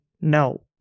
no